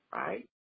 right